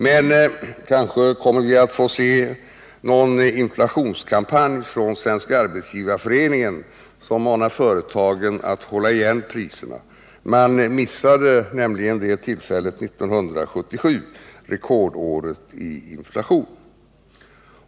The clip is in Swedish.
Men kanske kommer vi att få se någon inflationskampanj från Svenska arbetsgivareföreningen som manar företagen att hålla igen priserna. Man missade nämligen det tillfället 1977, rekordåret i inflation.